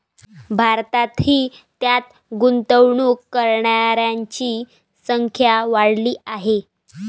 भारतातही त्यात गुंतवणूक करणाऱ्यांची संख्या वाढली आहे